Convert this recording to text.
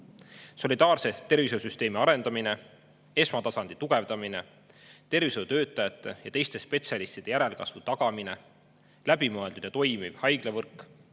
Solidaarse tervishoiusüsteemi arendamine, esmatasandi tugevdamine, tervishoiutöötajate ja teiste spetsialistide järelkasvu tagamine, läbimõeldud ja toimiv haiglavõrk,